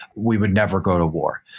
we would never go to war.